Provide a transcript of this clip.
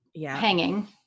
hanging